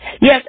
Yes